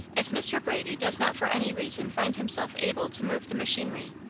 if mr. brady does not for any reason find himself able to move the machinery,